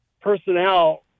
personnel